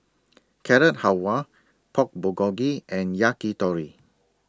Carrot Halwa Pork Bulgogi and Yakitori